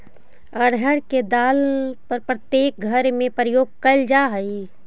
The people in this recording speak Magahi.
अरहर के दाल प्रत्येक घर में प्रयोग कैल जा हइ